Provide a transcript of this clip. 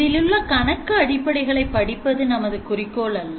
இதிலுள்ள கணக்கு அடிப்படைகளை படிப்பது நமது குறிக்கோள் அல்ல